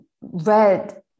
read